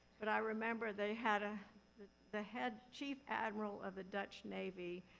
but i remember they had a the head chief admiral of the dutch navy,